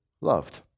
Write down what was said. loved